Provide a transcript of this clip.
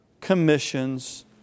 commissions